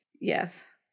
yes